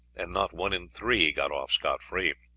and not one in three got off scot-free.